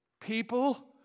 people